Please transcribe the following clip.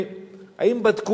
עניין להגיע לשלום.